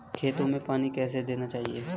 खेतों में पानी कैसे देना चाहिए?